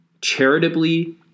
charitably